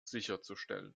sicherzustellen